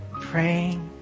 praying